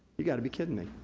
you gotta be kidding me.